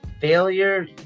failure